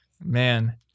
man